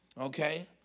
Okay